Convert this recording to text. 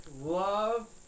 love